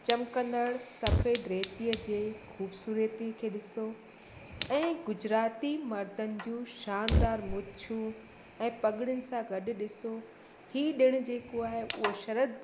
चमिकंदड़ सफ़ेद रेतीअ जे ख़ूबसूरतीअ खे ॾिसो ऐं गुजराति मर्दनि जूं शानदार मुछूं ऐं पॻिड़ियुनि सां गॾु ॾिसो ई ॾिणु जेको आहे उहा शरद